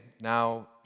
now